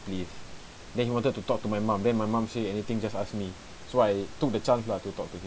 place then he wanted to talk to my mum then my mum say anything just ask me so I took the chance lah to talk to him